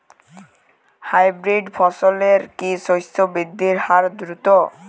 Hybrid ফসলের কি শস্য বৃদ্ধির হার দ্রুত?